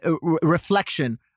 reflection